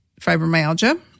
fibromyalgia